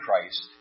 Christ